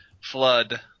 flood